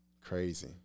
Crazy